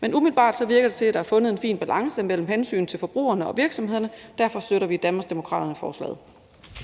Men umiddelbart virker det til, at der er fundet en fin balance mellem hensynet til forbrugerne og hensynet til virksomhederne, og derfor støtter vi i Danmarksdemokraterne forslaget.